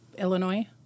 Illinois